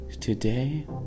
today